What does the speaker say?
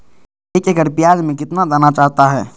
एक एकड़ प्याज में कितना दाना चाहता है?